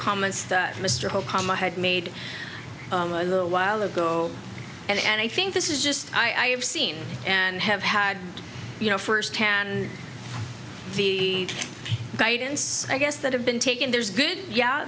comments that mr obama had made a little while ago and i think this is just i have seen and have had you know first hand the guidance i guess that have been taken there is good yeah